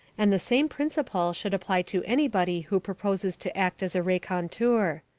and the same principle should apply to anybody who proposes to act as a raconteur.